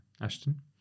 Ashton